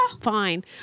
fine